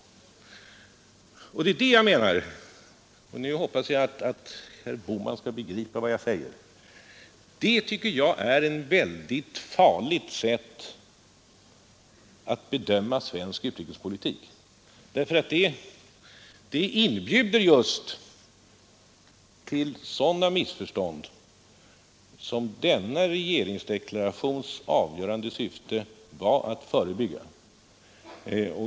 Det tycker jag — och nu hoppas jag att herr Bohman skall begripa vad jag säger — är ett mycket farligt sätt att bedöma svensk utrikespolitik; det inbjuder just till sådana missförstånd som denna regeringsdeklarations avgörande syfte var att förebygga.